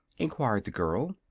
enquired the girl.